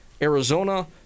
Arizona